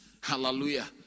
Hallelujah